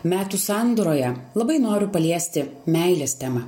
metų sandūroje labai noriu paliesti meilės temą